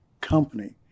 company